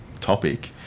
topic